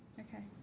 okay.